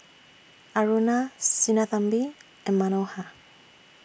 Aruna Sinnathamby and Manohar